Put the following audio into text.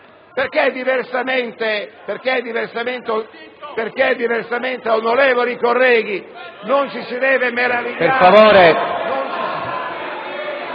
perché diversamente, onorevoli colleghi, non ci si deve meravigliare...